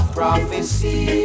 prophecy